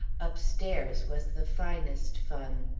upstairs was the finest fun.